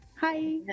Hi